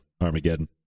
Armageddon